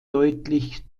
deutlich